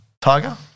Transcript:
tiger